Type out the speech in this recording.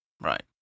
Right